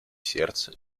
сердца